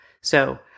So-